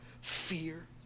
fear